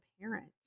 parent